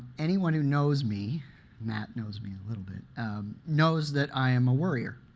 anyone who knows me matt knows me a little bit um knows that i am a worrier.